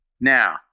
Now